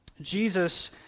Jesus